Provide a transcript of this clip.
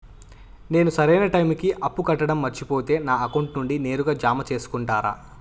నేను సరైన టైముకి అప్పు కట్టడం మర్చిపోతే నా అకౌంట్ నుండి నేరుగా జామ సేసుకుంటారా?